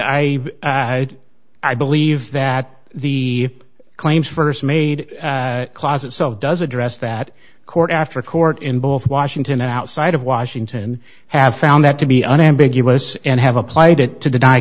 had i believe that the claims st made closet so does address that court after court in both washington and outside of washington have found that to be unambiguous and have applied it to deny